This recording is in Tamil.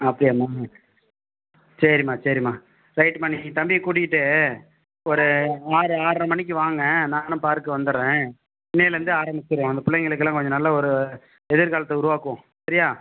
அப்படியாம்மா சரிம்மா சரிம்மா ரைட்டும்மா நீங்கள் தம்பியை கூட்டிக்கிட்டு ஒரு ஆறு ஆறரை மணிக்கு வாங்க நானும் பார்க் வந்துவிடுறேன் இன்னைலந்தே ஆரமிச்சுருவோம் அந்த பிள்ளைகளுக்குலாம் கொஞ்சம் நல்ல ஒரு எதிர்காலத்தை உருவாக்குவோம் சரியா